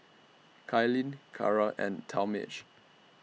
Kailyn Cara and Talmage